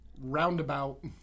roundabout